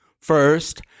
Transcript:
First